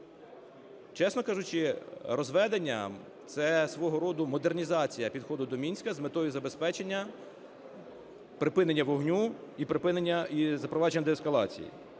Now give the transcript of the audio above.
Чесно кажучи, розведення – це свого роду модернізація підходу до Мінська з метою забезпечення припинення вогню і запровадження деескалації.